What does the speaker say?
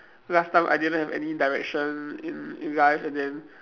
last time I didn't have any direction in in life and then